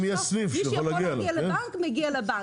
מי שיכול להגיע לבנק מגיע לבנק.